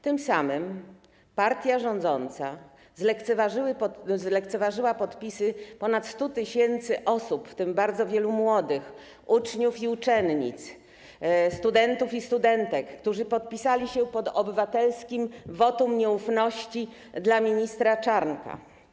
Tym samym partia rządząca zlekceważyła podpisy ponad 100 tys. osób, w tym bardzo wielu młodych, uczniów i uczennic, studentów i studentek, którzy podpisali się pod obywatelskim wotum nieufności dla ministra Czarnka.